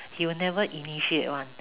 he will never initiate [one]